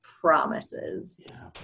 promises